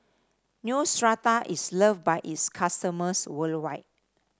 Neostrata is loved by its customers worldwide